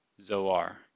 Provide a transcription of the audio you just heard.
Zoar